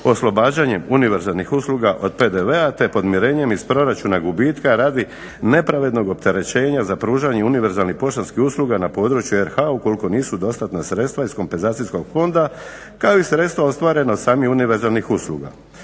oslobađanjem univerzalnih usluga od PDV-a te podmirenjem iz proračuna gubitka redi nepravednog opterećenja za pružanje univerzalnih poštanskih usluga na području RH ukoliko nisu dostatna sredstva iz kompenzacijskog fonda kao i sredstva ostvarena od sami univerzalnih usluga.